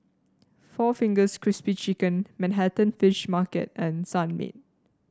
Four Fingers Crispy Chicken Manhattan Fish Market and Sunmaid